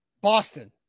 Boston